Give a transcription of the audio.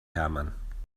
hermann